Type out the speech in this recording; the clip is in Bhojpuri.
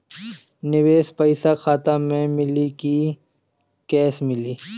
निवेश पइसा खाता में मिली कि कैश मिली?